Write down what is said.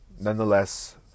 Nonetheless